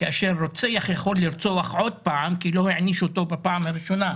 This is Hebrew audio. כאשר רוצח יכול לרצוח עוד פעם כי לא הענישו אותו בפעם הראשונה.